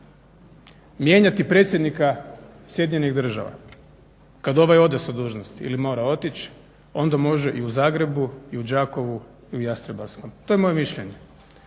mijenjati predsjednika Sjedinjenih Država kad ovaj ode s dužnosti ili mora otići onda može i u Zagrebu i u Đakovu i u Jastrebarskom. To je moje mišljenje.